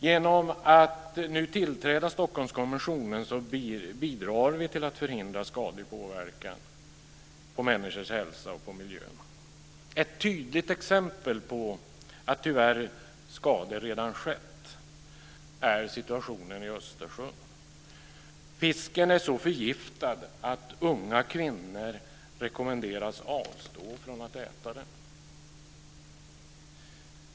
Genom att vi nu tillträder Stockholmskonventionen bidrar vi till att förhindra skadlig påverkan på människors hälsa och på miljön. Ett tydligt exempel på att skador tyvärr redan skett är situationen i Östersjön. Fisken är så förgiftad att unga kvinnor rekommenderas att avstå från att äta den.